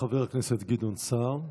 חבר הכנסת גדעון סער.